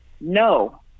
No